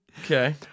Okay